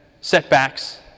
setbacks